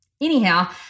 anyhow